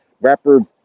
rapper